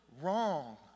wrong